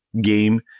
game